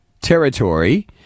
territory